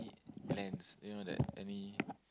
plans you know that any